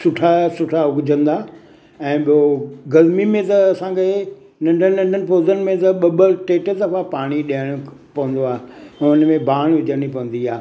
सुठा सुठा उगजंदा ऐं ॿियो गर्मी में त असांखे नंढनि नंढनि पौधनि में त ॿ ॿ टे टे दफ़ा पाणी ॾियणु पवंदो आहे ऐं उनमें बाण विझणी पवंदी आहे